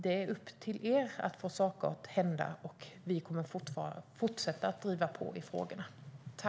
Det är upp till er att få saker att hända, och vi kommer att fortsätta att driva på i frågorna.